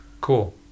cool